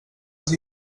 els